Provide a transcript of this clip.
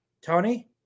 Tony